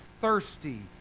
thirsty